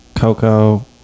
Coco